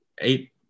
eight